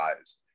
eyes